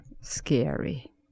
Scary